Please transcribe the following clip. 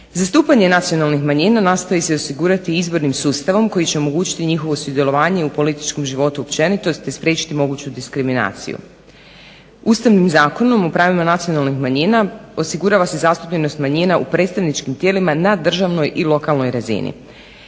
Zastupanje nacionalnih manjina nastoji se osigurati izbornim sustavom koji će omogućiti njihovo sudjelovanje u političkom životu općenito te spriječiti moguću diskriminaciju. Ustavnim zakonom o pravima nacionalnih manjina osigurava se zastupljenost manjina u predstavničkim tijelima na državnoj i lokalnoj razini.